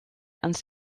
ans